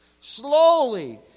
Slowly